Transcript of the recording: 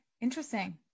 Interesting